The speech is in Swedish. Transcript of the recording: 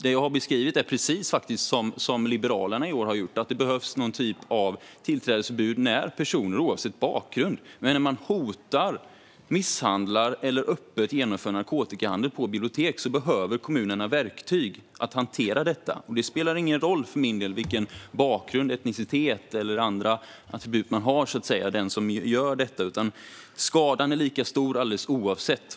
Det jag har beskrivit är precis detsamma som Liberalerna har sagt i år: Det behövs någon typ av tillträdesförbud när personer, oavsett bakgrund, hotar, misshandlar eller öppet genomför narkotikahandel på bibliotek. Då behöver kommunerna verktyg för att hantera detta. För min del spelar det ingen roll vilken bakgrund, etnicitet eller andra attribut den som gör detta har; skadan är lika stor alldeles oavsett detta.